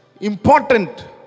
important